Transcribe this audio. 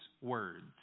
words